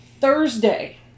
Thursday